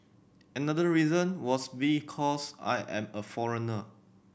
another reason was because I am a foreigner